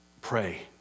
Pray